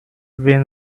been